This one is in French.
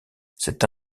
cet